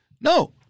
No